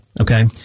Okay